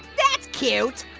that's cute.